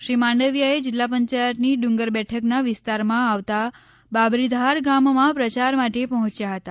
શ્રી માંડવિયાએ જિલ્લા પંચાયતની ડુંગર બેઠકના વિસ્તારમાં આવતા બાબરીધાર ગામમાં પ્રચાર માટે પહોંચ્યા હતા